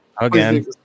again